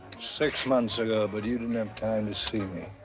six months ago, but you don't have time to see me.